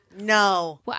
No